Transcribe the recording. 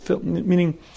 meaning